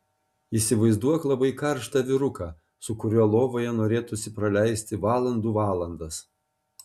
įsivaizduok labai karštą vyruką su kuriuo lovoje norėtųsi praleisti valandų valandas